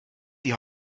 die